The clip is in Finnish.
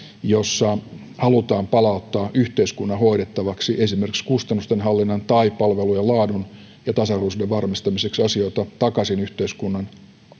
jossa halutaan palauttaa yhteiskunnan hoidettavaksi esimerkiksi kustannusten hallinnan tai palvelujen laadun ja tasa arvoisuuden varmistamiseksi asioita takaisin yhteiskunnan